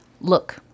look